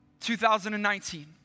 2019